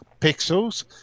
pixels